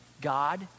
God